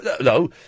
no